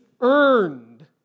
earned